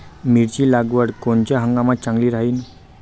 मिरची लागवड कोनच्या हंगामात चांगली राहीन?